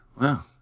wow